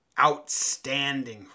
outstanding